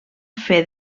fer